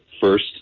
first